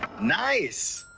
nice.